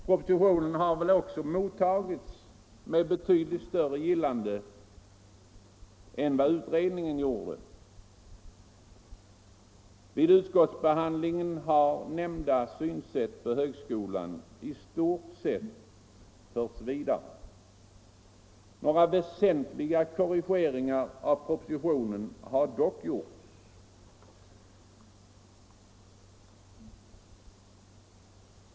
Propositionen har också mottagits med betydligt större gillande än utredningen. Vid utskottsbehandlingen har nämnda synsätt på högskolan i stort sett förts vidare. Några väsentliga korrigeringar av propositionen har dock gjorts.